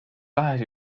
tahes